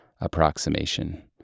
approximation